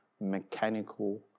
mechanical